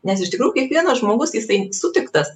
nes iš tikrųjų kiekvienas žmogus jisai sutiktas